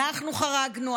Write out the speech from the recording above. אנחנו חרגנו,